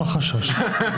אל חשש.